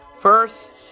First